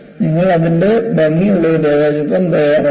നിങ്ങൾ അതിന്റെ ഭംഗിയുള്ള രേഖാചിത്രം തയ്യാറാക്കുക